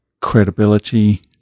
credibility